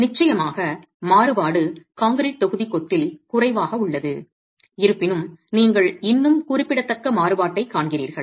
நிச்சயமாக மாறுபாடு கான்கிரீட் தொகுதி கொத்தில் குறைவாக உள்ளது இருப்பினும் நீங்கள் இன்னும் குறிப்பிடத்தக்க மாறுபாட்டைக் காண்கிறீர்கள்